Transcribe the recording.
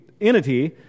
entity